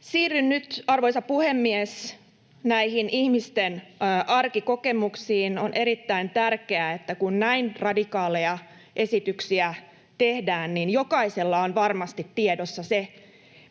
Siirryn nyt, arvoisa puhemies, näihin ihmisten arkikokemuksiin. On erittäin tärkeää, että kun näin radikaaleja esityksiä tehdään, niin jokaisella on varmasti tiedossa se,